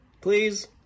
Please